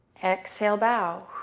exhale, bow.